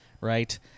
right